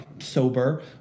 sober